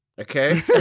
Okay